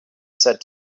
said